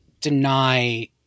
deny